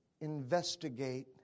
investigate